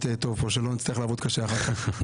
יהיה פה טוב ולא נצטרך לעבוד קשה אחר-כך.